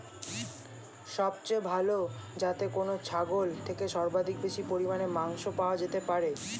সবচেয়ে ভালো যাতে কোন ছাগল থেকে সর্বাধিক বেশি পরিমাণে মাংস পাওয়া যেতে পারে?